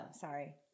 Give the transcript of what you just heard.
sorry